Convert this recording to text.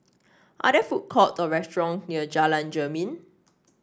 are there food court or restaurant near Jalan Jermin